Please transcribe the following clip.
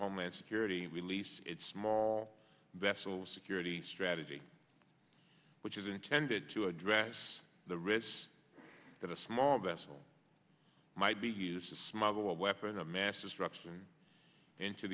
homeland security released its small vessel security strategy which is intended to address the risks that a small vessel might be used to smuggle a weapon of mass destruction